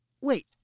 Wait